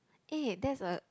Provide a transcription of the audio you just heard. eh that's a